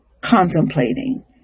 contemplating